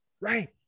Right